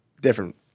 different